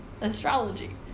astrology